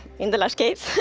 in the lush caves,